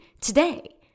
today